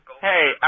Hey